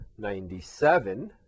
97